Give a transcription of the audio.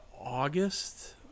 August